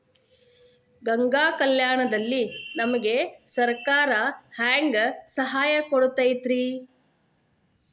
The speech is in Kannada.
ಗಂಗಾ ಕಲ್ಯಾಣ ದಲ್ಲಿ ನಮಗೆ ಸರಕಾರ ಹೆಂಗ್ ಸಹಾಯ ಕೊಡುತೈತ್ರಿ?